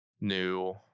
New